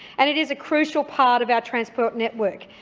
and it is a crucial part of our transport network.